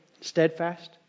steadfast